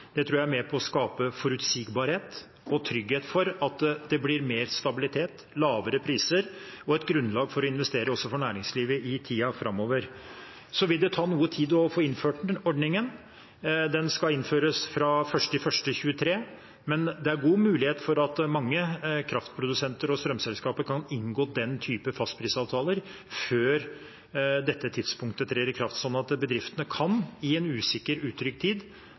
Det tror jeg er med på å skape forutsigbarhet og trygghet for at det blir mer stabilitet, lavere priser og et grunnlag for å investere også for næringslivet i tiden framover. Det vil ta noe tid å få innført ordningen. Den skal innføres fra 1. januar 2023, men det er god mulighet for at mange kraftprodusenter og strømselskaper kan inngå den type fastprisavtaler før dette tidspunktet, slik at bedriftene i en usikker og utrygg tid